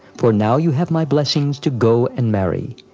for now, you have my blessings to go and marry.